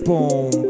Boom